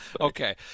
Okay